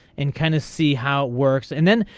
and kind of see how it works and then.